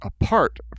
apart